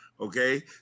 okay